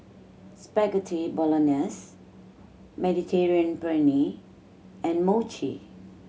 Spaghetti Bolognese Mediterranean Penne and Mochi